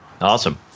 awesome